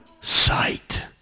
sight